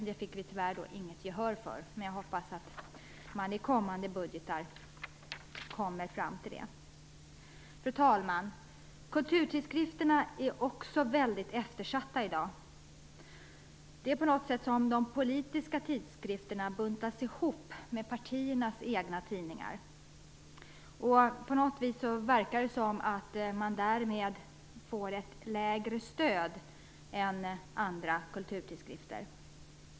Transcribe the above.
Det fick vi tyvärr inget gehör för, men jag hoppas att man i kommande budgetar kommer fram till detta. Fru talman! Kulturtidskrifterna är också väldigt eftersatta i dag. Det är på något sätt som om de politiska tidskrifterna buntas ihop med partiernas egna tidningar. Det verkar på något vis som om man därmed får ett lägre stöd än andra kulturtidskrifter.